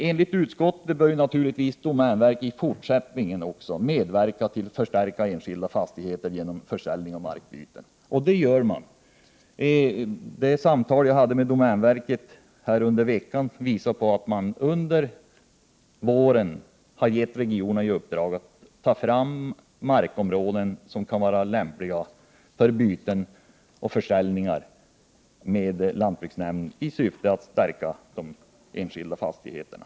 Enligt utskottet bör domänverket även i fortsättningen medverka till en förstärkning av enskilda fastigheter genom försäljning och markbyten. Så sker också. Vid samtal som jag har haft med domänverket under veckan har jag fått veta att man under våren har givit regionen i uppdrag att ta fram markområden, som är lämpliga för försäljning och byten i syfte att stärka de enskilda fastigheterna.